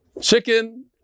Chicken